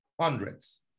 Hundreds